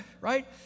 right